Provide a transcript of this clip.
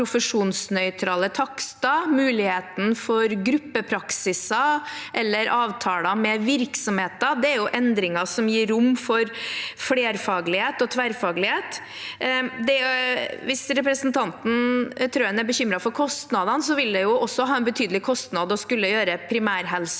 profesjonsnøytrale takster, muligheten for gruppepraksiser eller avtaler med virksomheter. Det er endringer som gir rom for flerfaglighet og tverrfaglighet. Hvis representanten Trøen er bekymret for kostnadene, vil det jo også ha en betydelig kostnad å skulle gjøre primærhelseteamene